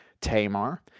Tamar